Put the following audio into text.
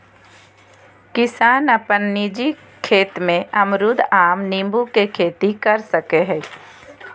किसान अपन निजी खेत में अमरूद, आम, नींबू के खेती कर सकय हइ